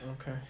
Okay